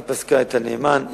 הוא פסק את הנאמן,